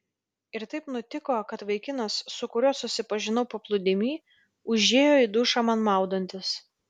ir taip nutiko kad vaikinas su kuriuo susipažinau paplūdimy užėjo į dušą man maudantis